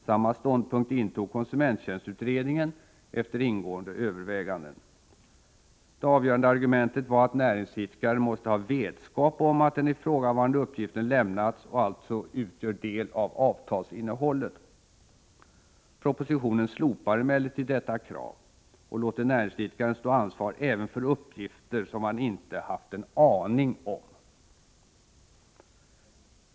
Samma ståndpunkt intog konsumenttjänstutredningen, efter ingående överväganden. Det avgörande argumentet var att näringsikdaren måste ha vetskap om att den ifrågavarande uppgiften lämnats och alltså utgör del av avtalsinnehållet. Propositionen slopar emellertid detta krav och låter näringsidkaren stå ansvar även för uppgifter som han inte haft en aning om.